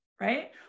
right